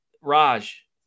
Raj